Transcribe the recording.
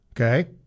Okay